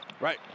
Right